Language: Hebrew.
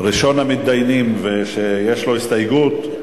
ראשון המתדיינים שיש לו הסתייגות,